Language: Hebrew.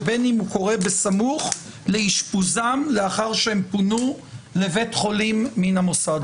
ובין שהוא קורה בסמוך לאשפוזם לאחר שהם פונו לבית חולים מן המוסד.